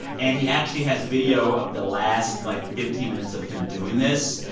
and he actually has a video of the last, like, fifteen minutes of him doing this,